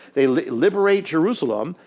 they like liberate jerusalem.